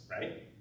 right